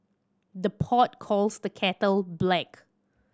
the pot calls the kettle black